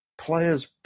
Players